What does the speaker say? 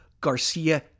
Garcia